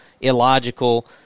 illogical